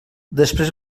després